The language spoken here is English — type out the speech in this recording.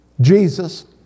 Jesus